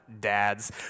dads